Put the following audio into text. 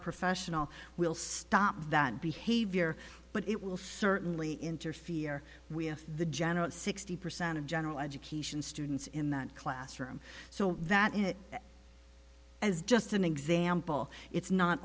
professional will stop that behavior but it will certainly interfere with the general at sixty percent of general education students in that classroom so that it as just an example it's not